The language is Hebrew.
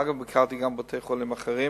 אגב, ביקרתי גם בבתי-חולים אחרים